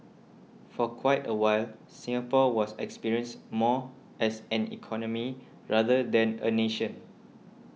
for quite a while Singapore was experienced more as an economy rather than a nation